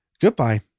goodbye